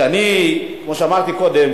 כמו שאמרתי קודם,